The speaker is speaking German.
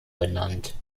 benannt